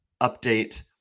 update